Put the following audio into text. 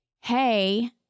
hey